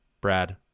Brad